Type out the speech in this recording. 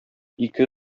ике